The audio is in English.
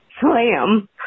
slam